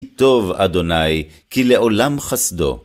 טוב ה', כי לעולם חסדו.